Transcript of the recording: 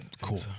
Cool